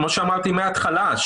כמו שאמרתי מההתחלה,